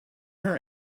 her